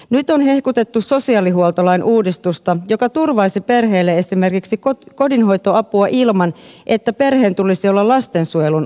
nyt on hehkutettu sosiaalihuoltolain uudistusta joka turvaisi perheille esimerkiksi kodinhoitoapua ilman että perheen tulisi olla lastensuojelun asiakas